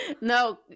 no